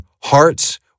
hearts